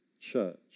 church